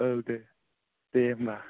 औ दे दे होनबा